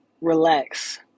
relax